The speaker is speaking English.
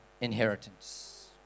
inheritance